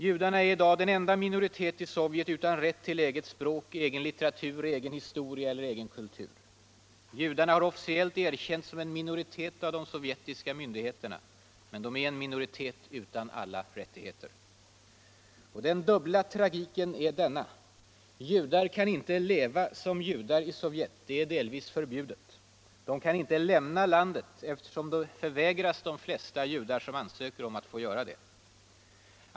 Judarna är i dag den enda minoriteten i Sovjet utan rätt till sitt eget språk, egen litteratur, egen historia och kultur. Judarna har officiellt erkänts som en minoritet av de sovjetiska myndigheterna. Men de är en minoritet utan alla rättigheter. Den dubbla tragiken är denna: judar kan inte leva som judar i Sovjet — det är delvis förbjudet. Men de kan inte lämna landet, eftersom det förvägras de flesta judar som ansöker om att få göra det.